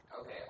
okay